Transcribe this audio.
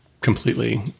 completely